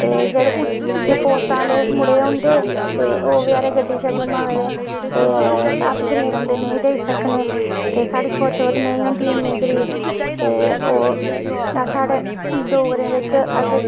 जेह्ड़े उच्ची पोस्ट आह्ले मुड़े होंदे ते ओह् बचैरे गड्डी मंगदे ते अस गरीब बंदे नेईं मन्नी सकने ते साढ़ी फुरस्त नेईं होंदे इन्नी गरीब ते ओह् साढ़े डोगरें बिच अस